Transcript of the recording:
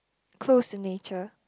close to nature